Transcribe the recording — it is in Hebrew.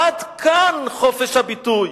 עד כאן חופש הביטוי.